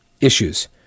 issues